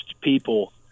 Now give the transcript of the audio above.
people